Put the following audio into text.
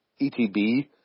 ETB